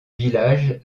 village